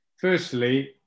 Firstly